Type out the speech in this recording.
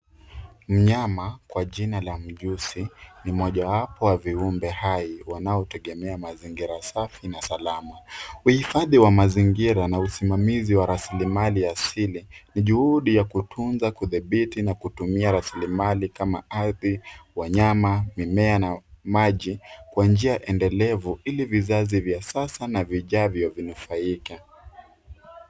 Mnyama kwa jina la mjusi ni mmoja wapo wa viumbe hai wanaotegemea mazingira safi na salama. Uhifadhi wa mazingira na usimamizi wa rasilimali asili ni juhudi ya kutunza, kudhibiti na kutumia rasilimali kama ardhi, wanyama, mimea na maji kwa njia endelevu ili vizazi vya sasa na vijavyo vinufaike.